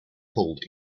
called